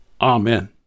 Amen